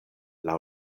laŭ